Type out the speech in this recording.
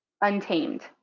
Untamed